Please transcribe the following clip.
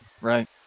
right